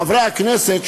חברי הכנסת,